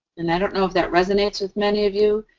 and i don't know if that resonates with many of you,